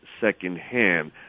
secondhand